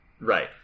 Right